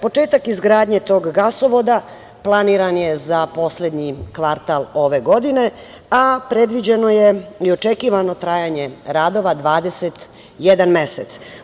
Početak izgradnje tog gasovoda planiran je za poslednji kvartal ove godine, a predviđeno je i očekivano trajanje radova, 21 mesec.